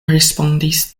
respondis